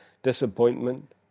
disappointment